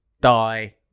die